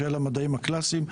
שאלה המדעים הקלאסיים,